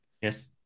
yes